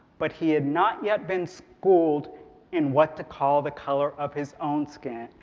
but he had not yet been schooled in what to call the color of his own skin.